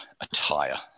attire